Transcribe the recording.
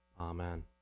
amen